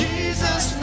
Jesus